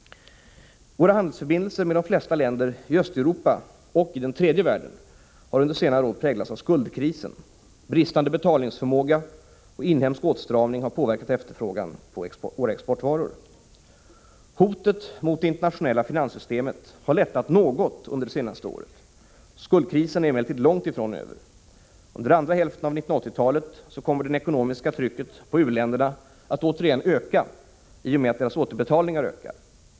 Våra handelsförbindelser med de flesta länder i Östeuropa och tredje världen har under senare år präglats av skuldkrisen. Bristande betalningsförmåga och inhemsk åtstramning har påverkat efterfrågan på våra exportvaror. Hotet mot det internationella finanssystemet har lättat något under det senaste året. Skuldkrisen är emellertid långt ifrån över. Under andra hälften av 1980-talet kommer det ekonomiska trycket på u-länderna att återigen öka, i och med att deras återbetalningar ökar.